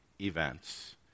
events